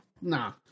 Nah